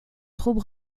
troupes